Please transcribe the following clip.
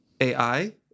AI